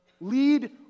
Lead